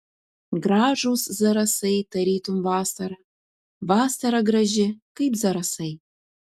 gražūs zarasai tarytum vasara vasara graži kaip zarasai